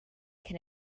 can